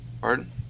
Pardon